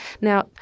Now